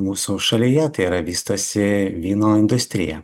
mūsų šalyje tai yra vystosi vyno industrija